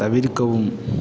தவிர்க்கவும்